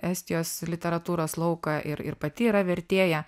estijos literatūros lauką ir ir pati yra vertėja